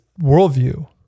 worldview